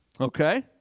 Okay